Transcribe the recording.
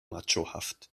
machohaft